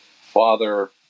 father